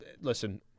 listen